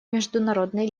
международной